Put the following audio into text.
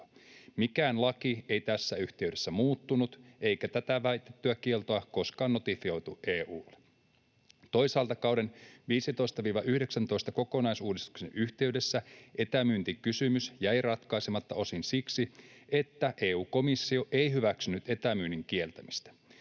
Mikään laki ei tässä yhteydessä muuttunut, eikä tätä väitettyä kieltoa koskaan notifioitu EU:lle. Toisaalta kauden 15—19 kokonaisuudistuksen yhteydessä etämyyntikysymys jäi ratkaisematta osin siksi, että EU-komissio ei hyväksynyt etämyynnin kieltämistä.